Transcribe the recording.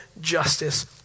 justice